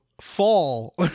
fall